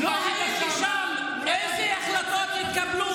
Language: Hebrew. אין ממשלה, אין ממשלה,